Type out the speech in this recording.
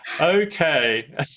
Okay